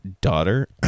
daughter